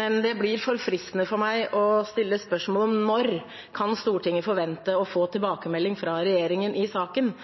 men det blir for fristende for meg å stille spørsmål om når Stortinget kan forvente å få tilbakemelding fra regjeringen i saken.